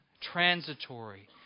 transitory